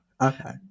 Okay